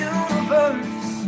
universe